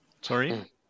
sorry